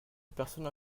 personnes